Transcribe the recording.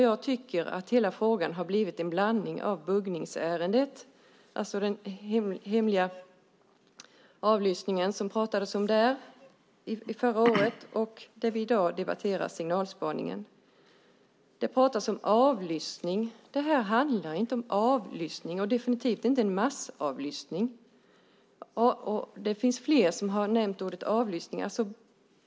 Jag tycker att hela frågan blivit en blandning av buggningsärendet, alltså den hemliga avlyssning som det talades om förra året, och signalspaningen som vi i dag debatterar. Det talas om avlyssning, men det handlar inte om avlyssning och definitivt inte om massavlyssning. Flera har nämnt ordet avlyssning.